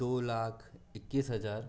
दो लाख इक्कीस हज़ार